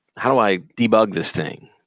how do i debug this thing?